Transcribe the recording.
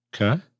Okay